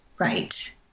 Right